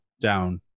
down